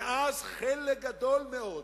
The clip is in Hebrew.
ואז חלק גדול מאוד,